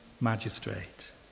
magistrate